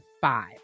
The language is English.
five